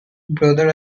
brother